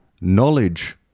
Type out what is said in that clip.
knowledge